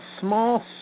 small